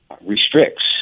restricts